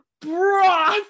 broth